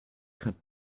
cut